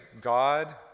God